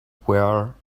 where